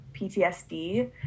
PTSD